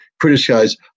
criticize